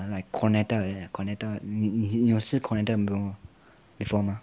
like cornetto like that cornetto 你有吃 cornetto before 吗